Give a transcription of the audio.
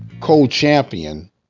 co-champion